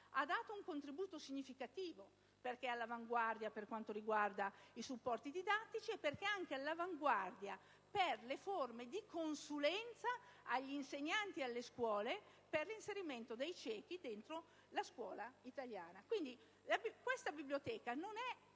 ha dato un contributo significativo, perché è all'avanguardia per quanto riguarda i supporti didattici, e perché è all'avanguardia anche per le forme di consulenza agli insegnanti e alle scuole e per l'inserimento dei ciechi dentro la scuola italiana. Questa Biblioteca,